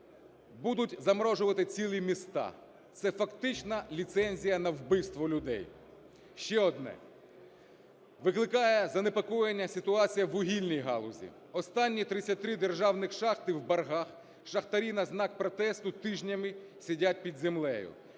Будуть заморожувати цілі міста, це фактично ліцензія на вбивство людей. Ще одне. Викликає занепокоєння ситуація у вугільній галузі. Останні 33 державні шахти в боргах, шахтарі на знак протесту тижнями сидять під землею.